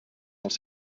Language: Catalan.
els